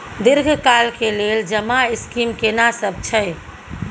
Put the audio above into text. दीर्घ काल के लेल जमा स्कीम केना सब छै?